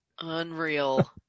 Unreal